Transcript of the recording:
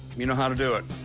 you know how to do it.